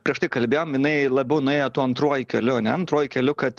prieš tai kalbėjom jinai labiau nuėjo tuo antruoju keliu ane antruoju keliu kad